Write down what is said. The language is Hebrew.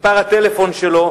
מספר הטלפון שלו